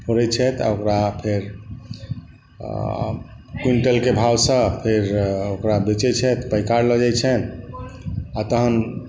करै छथि आ ओकरा फेर क्विंटलके भावसँ फेर ओकरा बेचै छथि पैकार लऽ जाइ छनि आ तहन